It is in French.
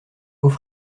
hauts